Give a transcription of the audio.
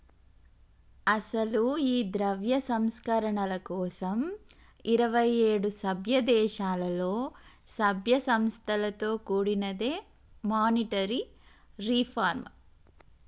అసలు ఈ ద్రవ్య సంస్కరణల కోసం ఇరువైఏడు సభ్య దేశాలలో సభ్య సంస్థలతో కూడినదే మానిటరీ రిఫార్మ్